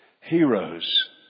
Heroes